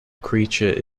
creature